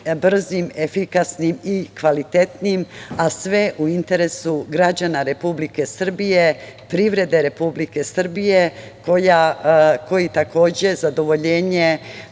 brzim, efikasnim i kvalitetnim, a sve u interesu građana Republike Srbije, privrede Republike Srbije koji takođe zadovoljenje